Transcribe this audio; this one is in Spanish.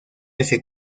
ese